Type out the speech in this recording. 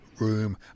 room